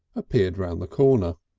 appeared round the corner.